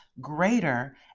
greater